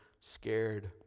scared